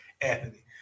Anthony